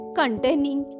containing